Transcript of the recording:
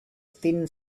thin